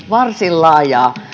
varsin laajaa